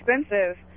expensive